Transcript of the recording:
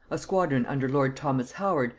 a squadron under lord thomas howard,